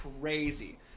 crazy